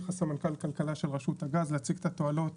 סמנכ"ל כלכלה של רשות הגז להציג את התועלות